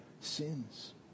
sins